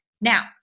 Now